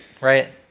right